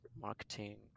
marketing